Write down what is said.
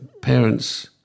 parents